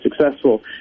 successful